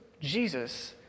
Jesus